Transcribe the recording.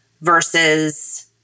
Versus